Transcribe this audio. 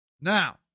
Now